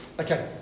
Okay